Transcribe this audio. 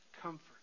comfort